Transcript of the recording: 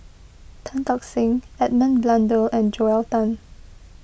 Tan Tock Seng Edmund Blundell and Joel Tan